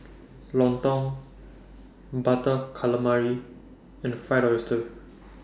Lontong Butter Calamari and Fried Oyster